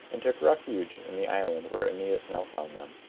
and took refuge in the island where aeneas now found them.